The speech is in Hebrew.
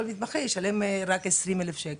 כל מתמחה ישלם רק 20,000 שקל.